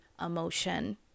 emotion